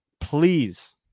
Please